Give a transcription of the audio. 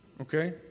Okay